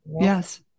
Yes